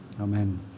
amen